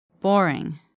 Boring